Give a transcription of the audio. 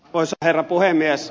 arvoisa herra puhemies